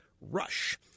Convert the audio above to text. RUSH